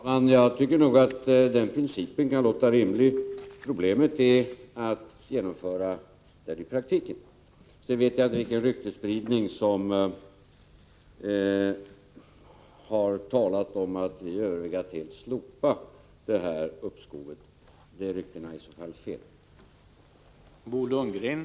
Herr talman! Jag tycker nog att den principen kan låta rimlig. Problemet är att genomföra den i praktiken. Jag känner inte till någon ryktesspridning om att vi överväger att helt slopa rätten till uppskov. De ryktena är i så fall felaktiga.